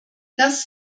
das